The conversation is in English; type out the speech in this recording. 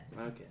Okay